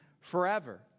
forever